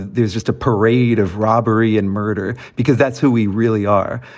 there's just a parade of robbery and murder because that's who we really are.